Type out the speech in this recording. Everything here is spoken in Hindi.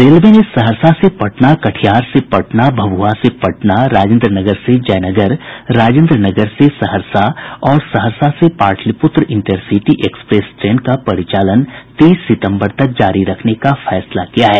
रेलवे ने सहरसा से पटना कटिहार से पटना भभुआ से पटना राजेन्द्र नगर से जयनगर राजेन्द्र नगर से सहरसा और सहरसा से पाटलिपुत्र इंटरसिटी एक्सप्रेस ट्रेन का परिचालन तीस सितंबर तक जारी रखने का फैसला किया है